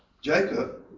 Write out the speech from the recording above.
Jacob